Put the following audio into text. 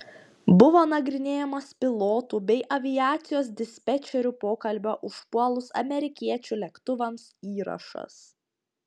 buvo nagrinėjamas pilotų bei aviacijos dispečerių pokalbio užpuolus amerikiečių lėktuvams įrašas